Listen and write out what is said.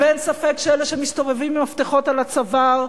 איך ספק שאלה שמסתובבים עם המפתחות על הצוואר,